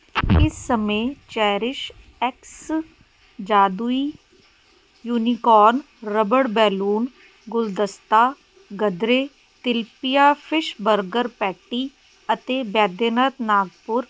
ਇਸ ਸਮੇਂ ਚੈਰਿਸ ਐਕਸ ਜਾਦੂਈ ਯੂਨੀਕੋਰਨ ਰੱਬੜ ਬੈਲੂਨ ਗੁਲਦਸਤਾ Gadre tilapia fish burger patty ਅਤੇ ਵੈਦੇਨਤ ਨਾਗਪੁਰ